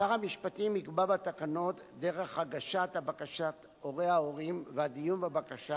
שר המשפטים יקבע בתקנות דרך הגשת בקשת הורי ההורים והדיון בבקשה,